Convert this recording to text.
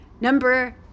Number